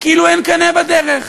כאילו אין קנה בדרך,